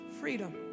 freedom